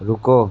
रुको